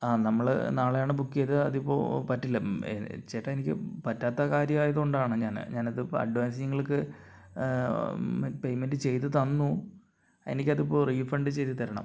ആ നമ്മൾ നാളെയാണ് ബുക്ക് ചെയ്തത് അതിപ്പോൾ പറ്റില്ല ചേട്ടാ എനിക്ക് പറ്റാത്ത കാര്യമായതുകൊണ്ടാണ് ഞാൻ ഞാനത് അഡ്വാൻസ് നിങ്ങൾക്ക് പെയ്മെന്റ് ചെയ്തു തന്നു എനിക്കതിപ്പോൾ റീഫണ്ട് ചെയ്ത് തരണം